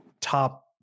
top